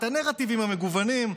את הנרטיבים המגוונים,